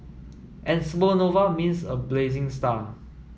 and supernova means a blazing star